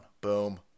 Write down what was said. Boom